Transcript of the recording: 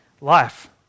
life